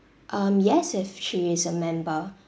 um yes if she is a member